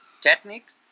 techniques